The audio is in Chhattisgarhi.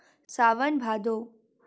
सावन भादो